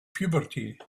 puberty